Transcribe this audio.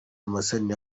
damascene